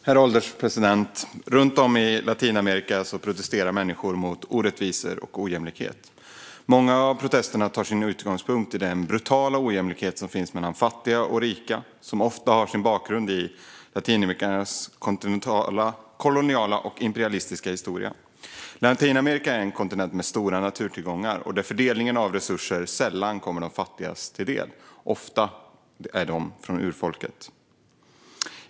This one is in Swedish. Herr ålderspresident! Runt om i Latinamerika protesterar människor mot orättvisor och ojämlikhet. Många av protesterna tar sin utgångspunkt i den brutala ojämlikhet som finns mellan fattiga och rika, som oftast har sin bakgrund i kontinentens koloniala och imperialistiska historia. Latinamerika är en kontinent med stora naturtillgångar men där fördelningen av resurserna sällan kommer de fattigaste till del, som ofta är urfolk.